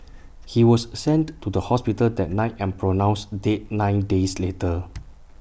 he was sent to the hospital that night and pronounced dead nine days later